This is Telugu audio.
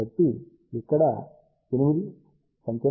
కాబట్టి ఇది ఇక్కడ 8 సంఖ్యను చేస్తుంది